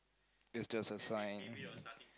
this just a sign